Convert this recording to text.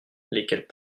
lesquelles